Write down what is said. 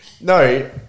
No